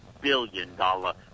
billion-dollar